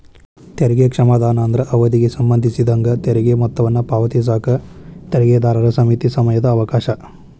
ತೆರಿಗೆ ಕ್ಷಮಾದಾನ ಅಂದ್ರ ಅವಧಿಗೆ ಸಂಬಂಧಿಸಿದಂಗ ತೆರಿಗೆ ಮೊತ್ತವನ್ನ ಪಾವತಿಸಕ ತೆರಿಗೆದಾರರ ಸೇಮಿತ ಸಮಯದ ಅವಕಾಶ